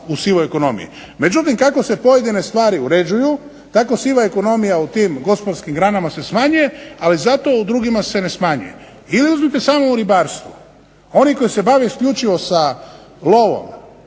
u sivoj ekonomiji. Međutim, kako se pojedine stvari uređuju tako siva ekonomija u tim gospodarskim granama se smanjuje. Ali zato u drugima se ne smanjuje. Ili uzmite samo u ribarstvu. Oni koji se bave isključivo sa lovom,